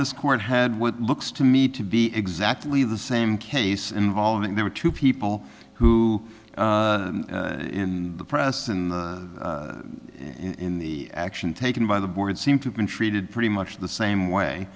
this court had what looks to me to be exactly the same case involving there were two people who in the press and in the action taken by the board seem to have been treated pretty much the same way